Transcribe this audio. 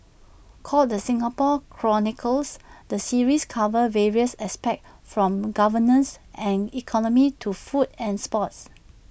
called the Singapore chronicles the series covers various aspects from governance and economy to food and sports